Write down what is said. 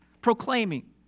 Proclaiming